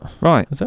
Right